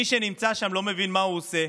מי שנמצא שם לא מבין מה הוא עושה.